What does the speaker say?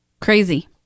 Crazy